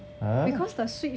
ha